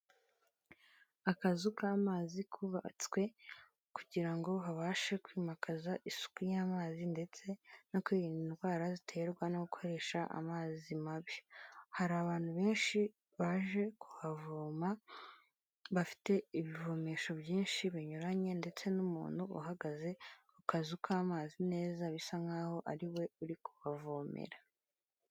Akazu k'amazi kubatswe kugira ngo habashe kwimakaza isuku y'amazi ndetse no kwirinda indwara ziterwa no gukoresha amazi mabi. Hari abantu benshi baje kuhavoma, bafite ibivomesho byinshi binyuranye ndetse n'umuntu uhagaze ku kazu k'amazi neza, bisa nkaho ari we uri kubavomera.